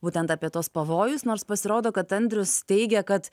būtent apie tuos pavojus nors pasirodo kad andrius teigia kad